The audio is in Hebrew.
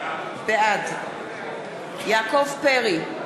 בעד יעקב פרי,